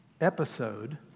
episode